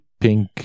pink